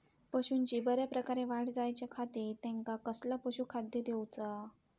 पशूंची बऱ्या प्रकारे वाढ जायच्या खाती त्यांका कसला पशुखाद्य दिऊचा?